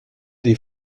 des